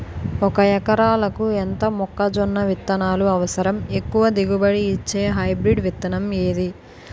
ఒక ఎకరాలకు ఎంత మొక్కజొన్న విత్తనాలు అవసరం? ఎక్కువ దిగుబడి ఇచ్చే హైబ్రిడ్ విత్తనం ఏది?